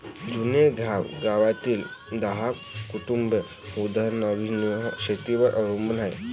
जाणून घ्या गावातील दहा कुटुंबे उदरनिर्वाह शेतीवर अवलंबून आहे